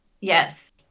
Yes